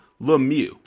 lemieux